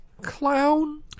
clown